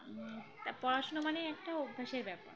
তা পড়াশুনা মানে একটা অভ্যাসের ব্যাপার